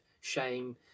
shame